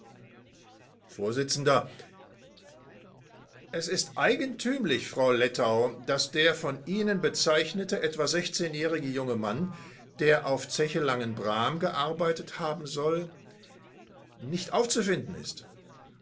vors es ist eigentümlich frau lettau daß der von ihnen bezeichnete etwa jährige junge mann der auf zeche langenbrahm gearbeitet haben soll nicht aufzufinden ist